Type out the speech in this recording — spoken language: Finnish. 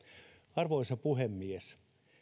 arvoisa puhemies